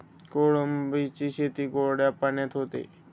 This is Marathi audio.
कोळंबीची शेती गोड्या पाण्यात होते